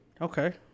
okay